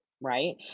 Right